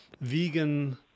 vegan